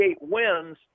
wins